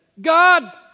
God